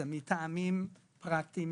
זה מטעמים פרקטיים.